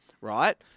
right